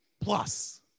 plus